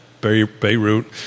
Beirut